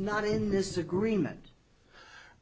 not in this agreement